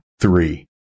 three